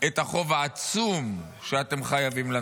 את החוב העצום שאתם חייבים לנו.